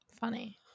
Funny